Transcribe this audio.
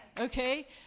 okay